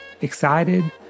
excited